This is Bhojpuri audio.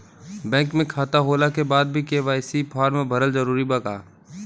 बैंक में खाता होला के बाद भी के.वाइ.सी फार्म भरल जरूरी बा का?